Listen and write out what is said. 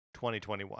2021